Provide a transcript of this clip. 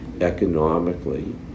economically